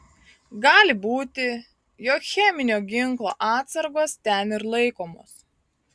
gali būti jog cheminio ginklo atsargos ten ir laikomos